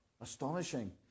astonishing